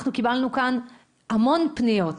אנחנו קיבלנו כאן המון פניות,